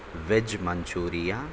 veg manchurian